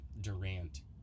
Durant